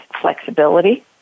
flexibility